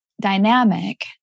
dynamic